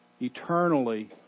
Eternally